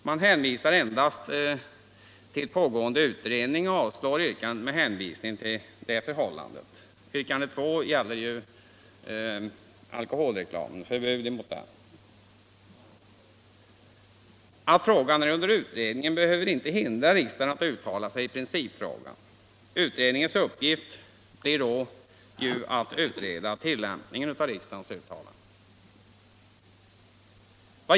Utskottet anför endast att utredning pågår och avstyrker yrkandet med hänvisning till detta förhållande. Att frågan är under utredning behöver dock inte hindra riksdagen från att uttala sig i principfrågan. Utredningens uppgift blir då att utreda tillämpningen av riksdagens uttalande.